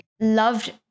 loved